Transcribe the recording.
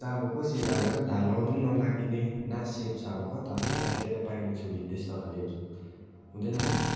अब कसरी अब हेर न धार लगाउँदा पनि नलागिने ना सेप छ अब कता त्यो तातेर पाइने छुरी अब त्यस्तो खालेहरू हुँदैन नि